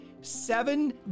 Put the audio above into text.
seven